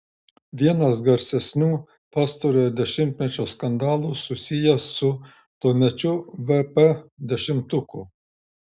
vienas garsesnių pastarojo dešimtmečio skandalų susijęs su tuomečiu vp dešimtuku